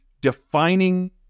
defining